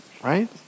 right